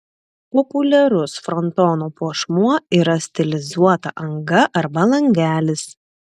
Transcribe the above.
populiarus frontono puošmuo yra stilizuota anga arba langelis